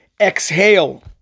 exhale